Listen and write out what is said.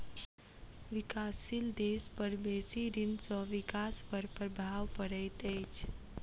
विकासशील देश पर बेसी ऋण सॅ विकास पर प्रभाव पड़ैत अछि